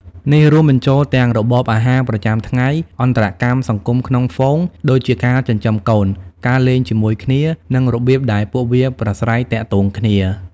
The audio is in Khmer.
នេះរួមបញ្ចូលទាំង របបអាហារប្រចាំថ្ងៃ អន្តរកម្មសង្គមក្នុងហ្វូង ដូចជាការចិញ្ចឹមកូន ការលេងជាមួយគ្នា និងរបៀបដែលពួកវាប្រាស្រ័យទាក់ទងគ្នា។